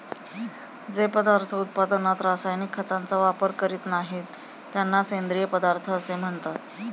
जे पदार्थ उत्पादनात रासायनिक खतांचा वापर करीत नाहीत, त्यांना सेंद्रिय पदार्थ असे म्हणतात